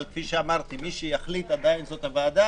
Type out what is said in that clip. אבל כמו שאמרתי מי שיחליט עדיין זו הוועדה.